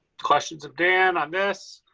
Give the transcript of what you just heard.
questions of dan on this?